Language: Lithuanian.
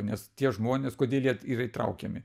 nes tie žmonės kodėl jie yra įtraukiami